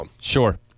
Sure